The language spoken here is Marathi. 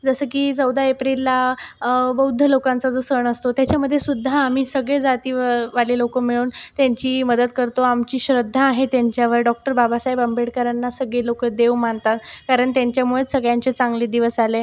जसं की चौदा एप्रिलला बौद्ध लोकांचा जो सण असतो त्याच्यामध्येसुद्धा आम्ही सगळे जातीवाले लोकं मिळून त्यांची मदत करतो आमची श्रद्धा आहे त्यांच्यावर डॉक्टर बाबासाहेब आंबेडकरांना सगळे लोक देव मानतात कारण त्यांच्यामुळेच सगळ्यांचे चांगले दिवस आले